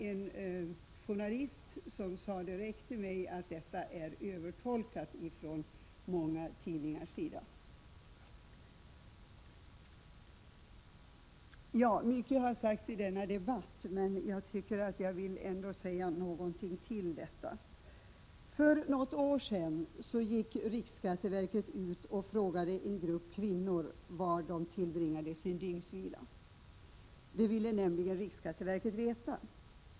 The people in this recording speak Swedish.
En journalist sade direkt till mig att detta är övertolkat från många tidningars sida. Mycket har sagts i denna debatt, men jag ville ändå säga någonting till detta. För några år sedan gick riksskatteverket ut och frågade en grupp kvinnor var de tillbringade sin dygnsvila. Det ville nämligen riksskatteverket veta.